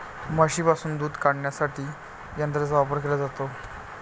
म्हशींपासून दूध काढण्यासाठी यंत्रांचा वापर केला जातो